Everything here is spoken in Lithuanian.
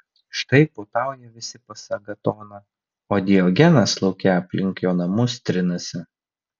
štai puotauja visi pas agatoną o diogenas lauke aplink jo namus trinasi